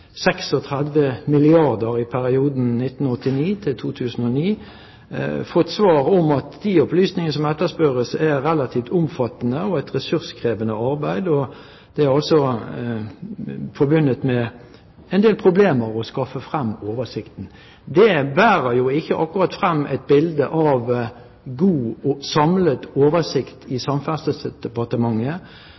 milliarder kr i perioden 1989–2009 – fått som svar at de opplysninger som etterspørres, er relativt omfattende, at det er et ressurskrevende arbeid, og at det er forbundet med en del problemer å skaffe frem oversikten. Det viser jo ikke akkurat frem et bilde av at Samferdselsdepartementet har en god og samlet oversikt